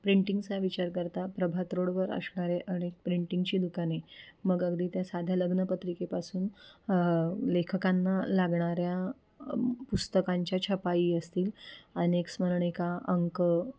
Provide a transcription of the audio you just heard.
प्रिंटिंगचा विचार करता प्रभात रोडवर असणारे अनेक प्रिंटिंगची दुकाने मग अगदी त्या साध्या लग्नपत्रिकेपासून लेखकांना लागणाऱ्या पुस्तकांच्या छपाई असतील अनेक स्मरणिका अंक